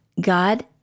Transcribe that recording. God